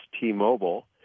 T-Mobile